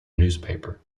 newspaper